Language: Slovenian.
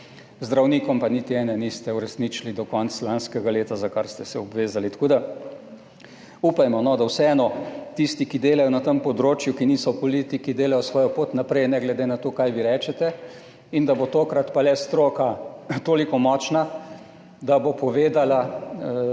zdravnikom pa niti ene niste uresničili do konca lanskega leta, za kar ste se obvezali. Upajmo, da vseeno tisti, ki delajo na tem področju, ki niso v politiki, delajo svojo pot naprej, ne glede na to, kar vi rečete, in da bo tokrat pa le stroka toliko močna, da bo povedala,